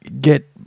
get